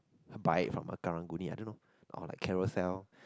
buy it from a Karang-Guni I don't know or like Carousell